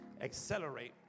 accelerate